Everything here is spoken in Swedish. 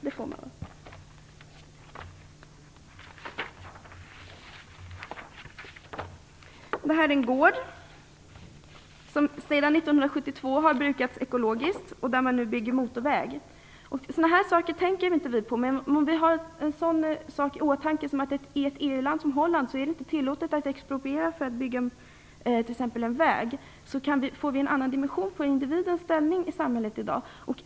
Det här är en gård som har brukats ekologiskt sedan 1972. Där bygger man nu en motorväg. Låt oss ha i åtanke att i ett EU-land som Holland är det inte tillåtet att expropriera för att bygga t.ex. en väg. Då får vi en annan dimension på individens ställning i samhället i dag.